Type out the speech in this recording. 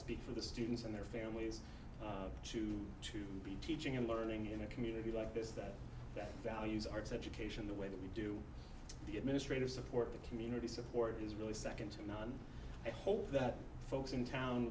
speak for the students and their families too to be teaching and learning in a community like this that their values arts education the way that we do the administrative support the community support is really second to none i hope that folks in town